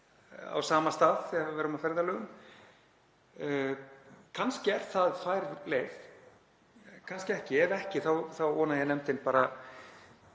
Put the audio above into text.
á sama stað þegar við erum á ferðalagi. Kannski er það fær leið, kannski ekki. Ef ekki, þá vona ég að nefndin beiti